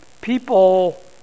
people